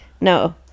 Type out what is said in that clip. No